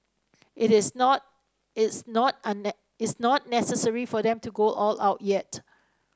it is not it's not on it's not necessary for them to go all out yet